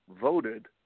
Voted